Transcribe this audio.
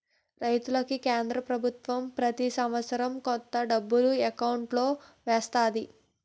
రైతులకి కేంద్ర పభుత్వం ప్రతి సంవత్సరం కొంత డబ్బు ఎకౌంటులో ఎత్తంది